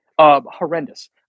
horrendous